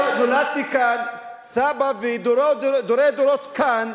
נולדתי כאן, וסבא, ודורי דורות כאן,